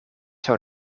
zou